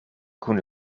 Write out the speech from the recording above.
kun